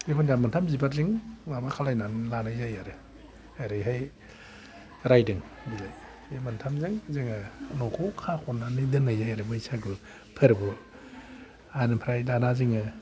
जिखुनुजाया मोनथाम बिबारजों माबा खालायनानै लानाय जायो आरो ओरैहाय रायदों बे मोनथामजों जोङो न'खौ खाखनानै दोननाय जायो आरो बैसागु फोरबोआव आर ओमफ्राइ दाना जोङो